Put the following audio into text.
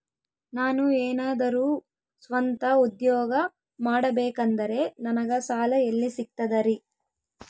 ನಾನು ಏನಾದರೂ ಸ್ವಂತ ಉದ್ಯೋಗ ಮಾಡಬೇಕಂದರೆ ನನಗ ಸಾಲ ಎಲ್ಲಿ ಸಿಗ್ತದರಿ?